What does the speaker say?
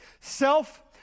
Self